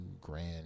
grand